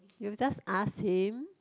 you just ask him